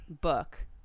book